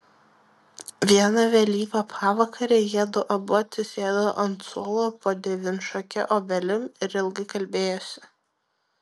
vieną vėlyvą pavakarę jiedu abu atsisėdo ant suolo po devynšake obelim ir ilgai kalbėjosi